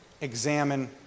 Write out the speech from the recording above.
Examine